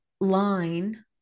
line